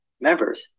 members